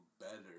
better